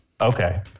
okay